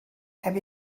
heb